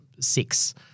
six